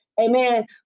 Amen